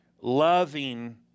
loving